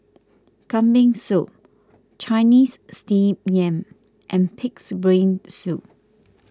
Kambing Soup Chinese Steamed Yam and Pig's Brain Soup